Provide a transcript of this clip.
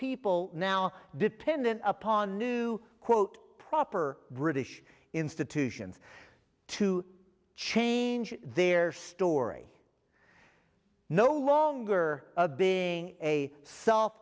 people now dependent upon new quote proper british institutions to change their story no longer being a self